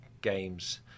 games